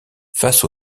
face